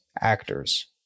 actors